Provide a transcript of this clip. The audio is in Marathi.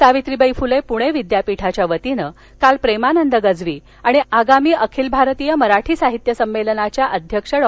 सावित्रीबाई फुले पुणे विद्यापीठाच्या वतीनं काल प्रेमानंद गजवी आणि आगामी अखिल भारतीय मराठी साहित्य समेलनाच्या अध्यक्ष डॉ